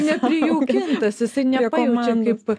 neprijaukintas jisai nepajaučia kaip